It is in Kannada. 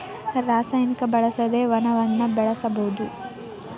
ರಸಾಯನಿಕ ಬಳಸದೆ ವನವನ್ನ ಬೆಳಸುದು